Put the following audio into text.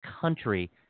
country